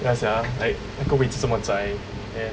ya sia like 那个位子这么窄 and